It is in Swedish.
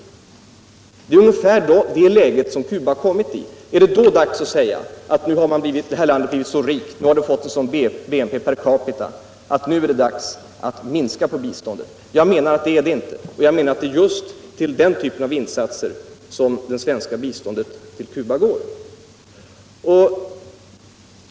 Det är ungefär det läget som Cuba har uppnått. Är det då dags att säga alt det landet har blivit så rikt. mätt i BNP per capita, att vi skall minska på biståndet? Jag menar att det inte bör ske. Det är också till insatser på sådana områden som jag nämnt som det svenska biståndet till Cuba går.